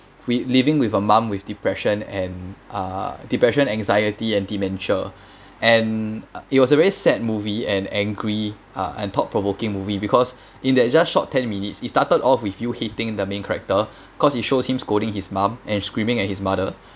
wi~ living with a mum with depression and uh depression anxiety and dementia and it was a very sad movie and angry uh and thought provoking movie because in that just short ten minutes it started off with you hating the main character cause it shows him scolding his mum and screaming at his mother